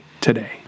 today